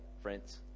friends